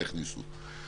איך ניסו.